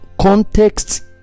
context